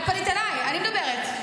את פנית אליי, אני מדברת.